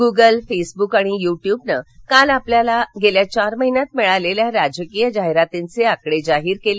Google Facebook आणि युट्यूबनं काल आपल्याला गेल्या चार महिन्यात मिळालेल्या राजकीय जाहीरातींचे आकडे जाहीर केले